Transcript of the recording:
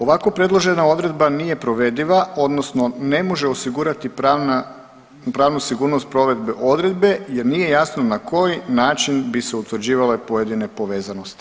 Ovako predložena odredba nije provediva odnosno ne može osigurati pravna, pravnu sigurnost provedbe odredbe jer nije jasno na koji način bi se utvrđivale pojedine povezanosti.